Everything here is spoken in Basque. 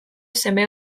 seme